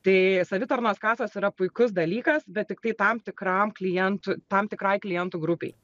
tai savitarnos kasos yra puikus dalykas bet tiktai tam tikram klientu tam tikrai klientų grupei